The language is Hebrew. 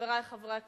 חברי חברי הכנסת,